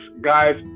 guys